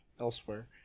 elsewhere